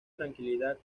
tranquilidad